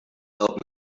opened